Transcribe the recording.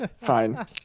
Fine